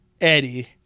Eddie